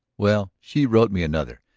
well, she wrote me another,